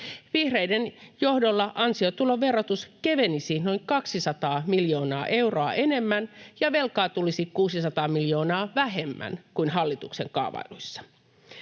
Vihreiden johdolla ansiotuloverotus kevenisi noin 200 miljoonaa euroa enemmän ja velkaa tulisi 600 miljoonaa vähemmän kuin hallituksen kaavailuissa.